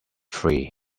free